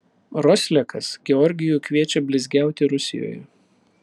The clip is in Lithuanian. roslekas georgijų kviečia blizgiauti rusijoje